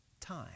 time